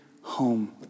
home